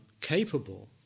capable